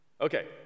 Okay